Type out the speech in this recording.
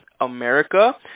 America